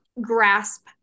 grasp